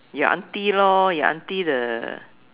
your aunty lor your aunty the